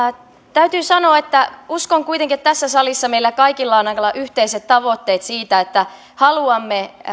täytyy sanoa että uskon kuitenkin että tässä salissa meillä kaikilla on aika lailla yhteiset tavoitteet siitä että haluamme